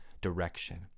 direction